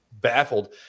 baffled